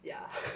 yeah